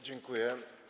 Dziękuję.